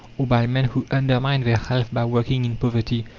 or by men who undermined their health by working in poverty,